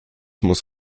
muss